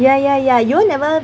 ya ya ya you all never it